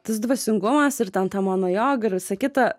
tas dvasingumas ir ten ta mano joga ir visa kita